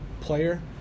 player